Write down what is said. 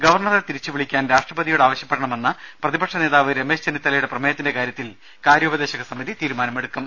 ഗവർണറെ തിരിച്ചു വിളിക്കാൻ രാഷ്ട്രപതിയോട് ആവശ്യപ്പെ ടണമെന്ന പ്രതിപക്ഷ നേതാവ് രമേശ് ചെന്നിത്തലയുടെ പ്രമേയത്തിന്റെ കാര്യ ത്തിൽ കാര്യോപദേശക സമിതി തീരുമാനമെടുക്കും